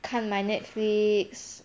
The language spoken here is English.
看 my Netflix